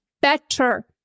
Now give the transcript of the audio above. better